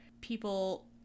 people